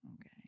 Okay